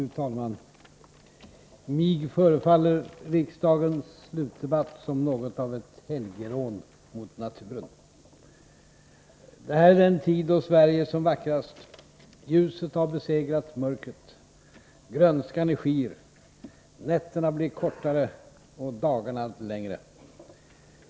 Fru talman! Mig förefaller riksdagens slutdebatt som något av ett helgerån mot naturen. Det här är den tid då Sverige är som vackrast. Ljuset har besegrat mörkret, grönskan är skir, nätterna blir kortare och dagarna allt längre.